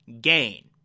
gain